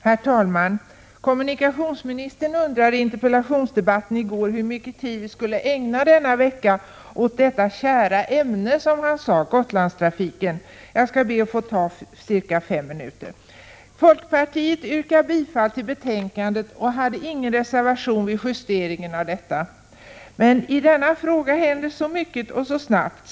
Herr talman! Kommunikationsministern undrade i interpellationsdebatten i går hur mycket tid vi denna vecka skulle ägna åt det, som han sade, kära ämnet Gotlandstrafiken. Jag skall be att få ta cirka fem minuter i anspråk för detta ämne. Folkpartiet yrkar bifall till hemställan i utskottets betänkande och har ingen reservation fogad till detta. Men i denna fråga händer saker och ting snabbt.